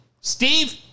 Steve